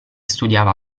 studiava